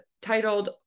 titled